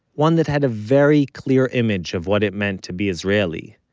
one that had a very clear image of what it meant to be israeli,